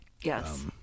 Yes